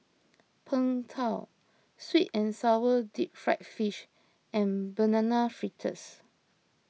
Png Tao Sweet and Sour Deep Fried Fish and Banana Fritters